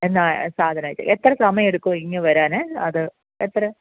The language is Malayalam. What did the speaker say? എന്താ സാധനവുമായിട്ട് എത്ര സമയം എടുക്കും ഇങ്ങ് വരാൻ അത് എത്ര